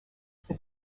for